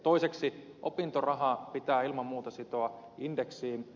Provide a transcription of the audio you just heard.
toiseksi opintoraha pitää ilman muuta sitoa indeksiin